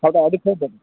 ಹೌದಾ ಅದಕ್ಕೆ